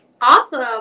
Awesome